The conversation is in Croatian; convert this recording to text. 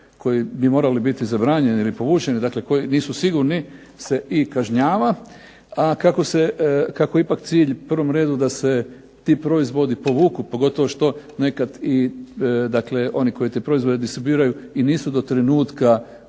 koji bi morali biti zabranjeni ili povučeni, dakle koji nisu sigurni se i kažnjava, a kako je ipak cilj u prvom redu da se ti proizvodi povuku, pogotovo što nekad i dakle oni koji te proizvode distribuiraju, i nisu do trenutka